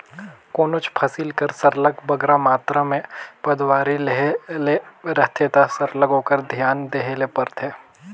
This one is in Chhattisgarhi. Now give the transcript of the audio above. कोनोच फसिल कर सरलग बगरा मातरा में पएदावारी लेहे ले रहथे ता सरलग ओकर धियान देहे ले परथे